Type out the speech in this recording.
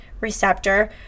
receptor